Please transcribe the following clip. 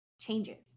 changes